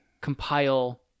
compile